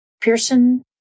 Pearson